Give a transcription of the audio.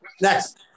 Next